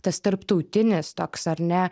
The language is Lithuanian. tas tarptautinis toks ar ne